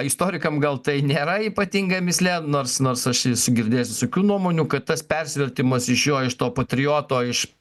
istorikam gal tai nėra ypatinga mįslė nors nors aš esu girdėjęs visokių nuomonių kad tas persivertimas iš jo iš to patrioto iš